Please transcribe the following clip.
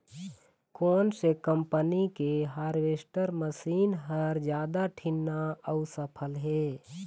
कोन से कम्पनी के हारवेस्टर मशीन हर जादा ठीन्ना अऊ सफल हे?